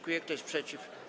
Kto jest przeciw?